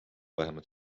vähemalt